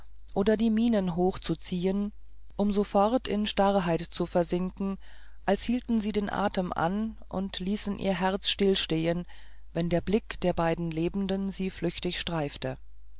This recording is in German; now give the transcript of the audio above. oder die mienen hochzuziehen um sofort in starrheit zu versinken als hielten sie den atem an und ließen ihr herz stillstehen wenn der blick der beiden lebenden sie flüchtig streifte